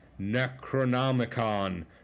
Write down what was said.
Necronomicon